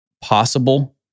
Possible